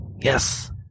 Yes